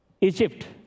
Egypt